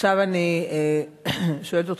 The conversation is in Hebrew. עכשיו אני שואלת אותך,